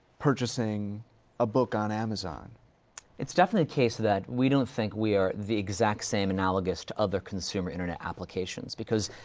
purchasing a book on amazon. rattray it's definitely a case that we don't think we are the exact same, analogous to other consumer internet applications, because,